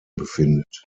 befindet